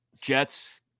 Jets